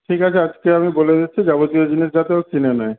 ঠিক আছে আজকে আমি বলে দিচ্ছি যাবতীয় জিনিস যাতে ও কিনে নেয়